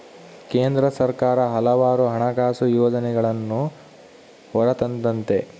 ಕೇಂದ್ರ ಸರ್ಕಾರ ಹಲವಾರು ಹಣಕಾಸು ಯೋಜನೆಗಳನ್ನೂ ಹೊರತಂದತೆ